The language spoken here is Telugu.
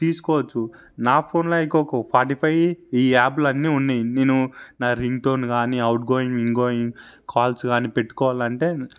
తీసుకోవచ్చు నా ఫోన్లో ఇంకొక స్పాటిఫై ఈ యాపులు అన్నీ ఉన్నాయి నేను నా రింగ్టోన్ గానీ ఔట్గోయింగ్ ఇన్గోయింగ్ కాల్స్ గానీ పెట్టుకోవాలంటే